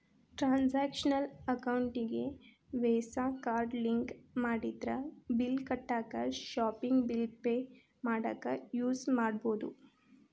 transactional ಅಕೌಂಟಿಗಿ Visa card link ಮಾಡಿದ್ರ bill ಕಟ್ಟಾಕ ಶಾಪಿಂಗ್ ಬಿಲ್ ಪೆ ಮಾಡಾಕ ಯೂಸ್ ಮಾಡಬೋದು